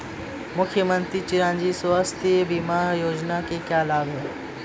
मुख्यमंत्री चिरंजी स्वास्थ्य बीमा योजना के क्या लाभ हैं?